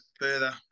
further